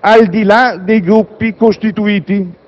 al di là dei Gruppi costituiti;